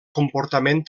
comportament